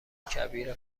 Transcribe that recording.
کبیر